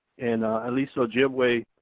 and ah lisa ojibway,